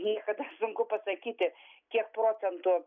niekada sunku pasakyti kiek procentų